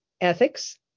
ethics